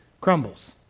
crumbles